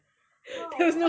how